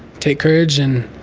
take courage and